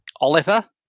Oliver